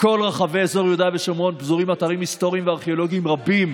בכל רחבי אזור יהודה ושומרון פזורים אתרים היסטוריים וארכיאולוגיים רבים